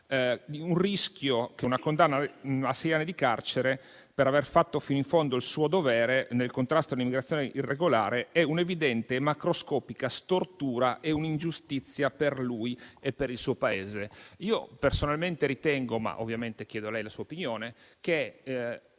il rischio che una condanna a sei anni di carcere per aver fatto fino in fondo il proprio dovere nel contrasto all'immigrazione irregolare sia un'evidente e macroscopica stortura e un'ingiustizia per lui e per il suo Paese. Io personalmente ritengo - ma ovviamente chiedo a lei la sua opinione - che